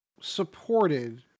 supported